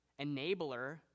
enabler